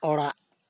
ᱚᱲᱟᱜ